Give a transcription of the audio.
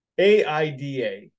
AIDA